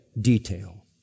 detail